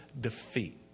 defeat